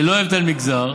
ללא הבדל מגזר,